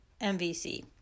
MVC